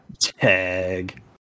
Tag